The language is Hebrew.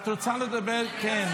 את רוצה לדבר, כן.